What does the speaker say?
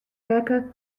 rekke